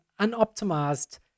unoptimized